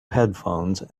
headphones